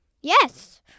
Yes